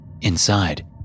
Inside